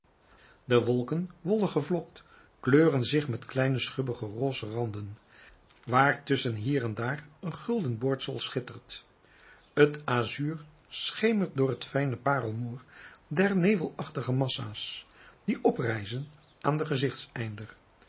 de wolken wollig gevlokt kleuren zich met kleine schubbige rosse randen waartusschen hier en daar een gulden boordsel schittert t azuur schemert door het fijne parelmoer der nevelachtige massa's die oprijzen aan den gezichteinder